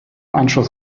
anschluss